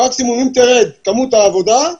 מקסימום אם תרד כמות העבודה,